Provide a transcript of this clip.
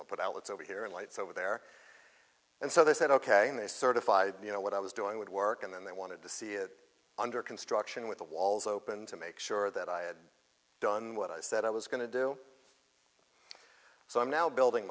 all put out it's over here in lights over there and so they said ok and they certify you know what i was doing would work and then they wanted to see it under construction with the walls open to make sure that i had done what i said i was going to do so i'm now building